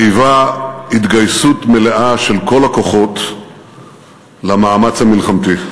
חייבה התגייסות מלאה של כל הכוחות למאמץ המלחמתי.